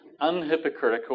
unhypocritical